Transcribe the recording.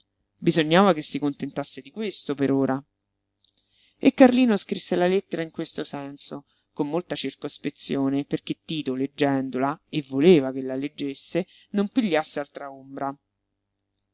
bisognava che si contentasse di questo per ora e carlino scrisse la lettera in questo senso con molta circospezione perché tito leggendola e voleva che la leggesse non pigliasse altra ombra